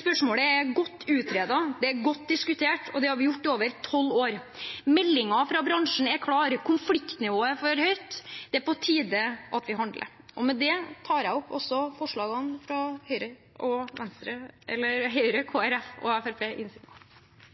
Spørsmålet er godt utredet, godt diskutert, og det har vi gjort i over tolv år. Meldingen fra bransjen er klar: Konfliktnivået er for høyt, det er på tide at vi handler. Med det tar jeg opp forslaget fra Høyre, Fremskrittspartiet og